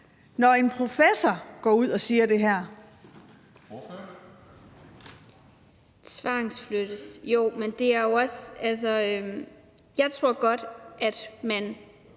når en professor går ud og siger det her?